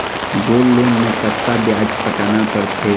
Gold loan मे कतका ब्याज पटाना पड़थे?